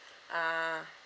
uh